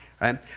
right